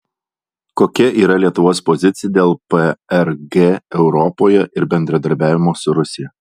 kokia yra lietuvos pozicija dėl prg europoje ir bendradarbiavimo su rusija